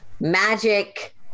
magic